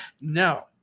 no